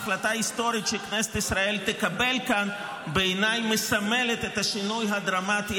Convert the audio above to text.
ההחלטה ההיסטורית שכנסת ישראל תקבל כאן מסמלת בעיניי את השינוי הדרמטי